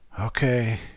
Okay